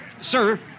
Sir